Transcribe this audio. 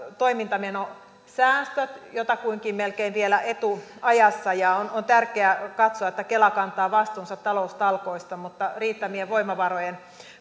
toimintamenosäästöt jotakuinkin melkein vielä etuajassa on tärkeää katsoa että kela kantaa vastuunsa taloustalkoista mutta riittävien voimavarojen